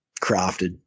crafted